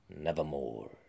Nevermore